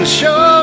show